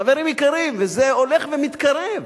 חברים יקרים, וזה הולך ומתקרב.